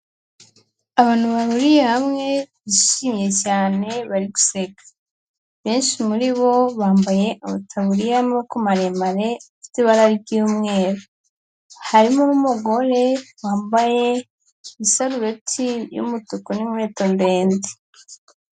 Abantu bahuriye hamwe bishimye cyane bari guseka, benshi muri bo bambaye amataburiya y'amaboko maremare afite ibara ry'umweru, harimo n'umugore wambaye isarubeti y'umutuku n'inkweto ndende.